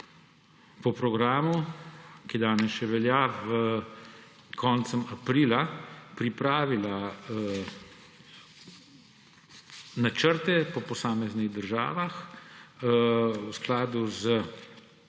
po programu, ki danes še velja, konec aprila pripravila načrte po posameznih državah v skladu z